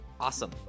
awesome